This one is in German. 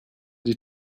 die